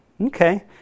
Okay